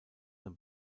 les